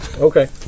Okay